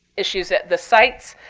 issues at the sites.